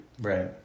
Right